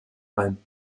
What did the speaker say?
ein